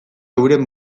euren